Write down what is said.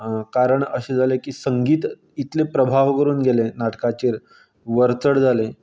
कारण अशें जालें की संगीत इतलें प्रभाव करून गेलें नाटकाचेर वर चड जालें